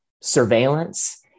surveillance